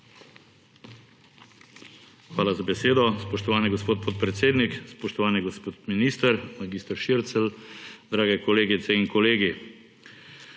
Hvala za besedo, spoštovani gospod podpredsednik. Spoštovani gospod minister mag. Šircelj, dragi kolegice in kolegi!